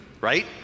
right